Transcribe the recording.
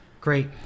great